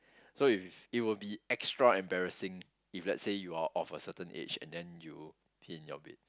so if it will be extra embarrassing if let's say you are of a certain age and then you pee in your bed